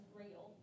real